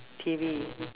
T_V